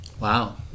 wow